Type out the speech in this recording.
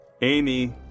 Amy